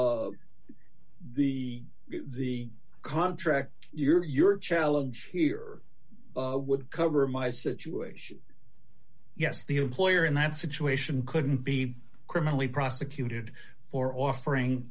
the the contract your challenge here would cover my situation yes the employer in that situation couldn't be criminally prosecuted for offering